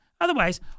Otherwise